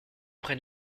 prenne